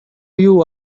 you